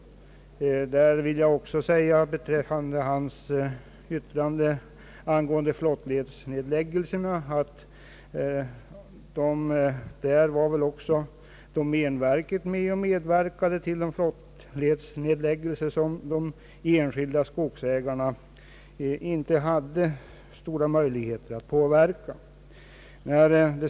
Beträffande herr Högströms yttrande angående flottledsnedläggningarna vill jag påpeka att domänverket väl också har medverkat till nedläggningar som de enskilda skogsägarna inte hade stora möjligheter att påverka.